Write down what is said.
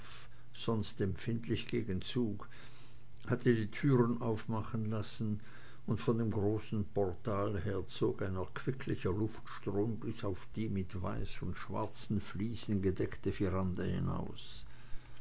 sonst empfindlich gegen zug hatte die türen aufmachen lassen und von dem großen portal her zog ein erquicklicher luftstrom bis auf die mit weiß und schwarzen fliesen gedeckte veranda hinaus